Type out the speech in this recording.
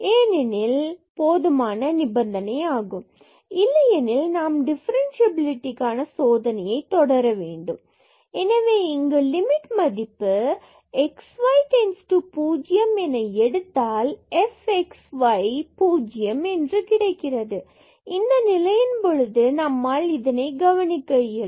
ஏனெனில் போதுமான நிபந்தனையாகும் இல்லையெனில் நாம் டிஃபரண்சியபிலிடிக்கான சோதனைகளை தொடர வேண்டும் fxxy0fx00 எனவே இங்கு லிமிட் மதிப்பு x y 0 என எடுத்தால் fxxy 0 கிடைக்கிறது இந்த நிலையின் போது நம்மால் இதை கவனிக்க இயலும்